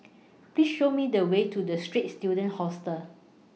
Please Show Me The Way to The Straits Students Hostel